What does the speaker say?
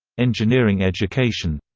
engineering education